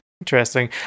Interesting